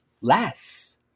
less